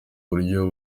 buryo